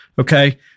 okay